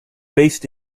based